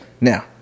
Now